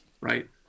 right